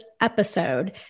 episode